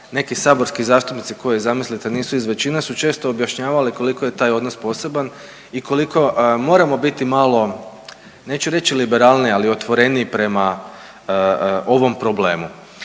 neki saborski zastupnici koji zamislite nisu iz većine su često objašnjavali koliko je taj odnos poseban i koliko moramo biti malo neću reći liberalniji ali otvoreniji prema ovom problemu.